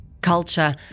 Culture